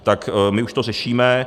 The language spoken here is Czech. Tak my už to řešíme.